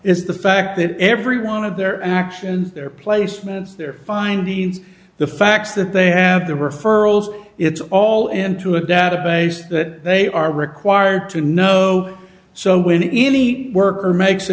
is the fact that every one of their actions their placements their findings the facts that they have the referrals it's all into a database that they are required to know so when any worker makes a